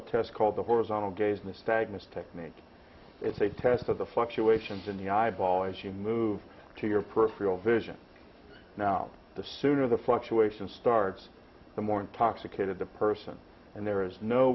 a test called the horizontal gaze misdiagnose technique it's a test of the fluctuations in the eyeball as you move to your peripheral vision now the sooner the fluctuation starts the more intoxicated the person and there is no